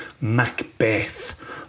Macbeth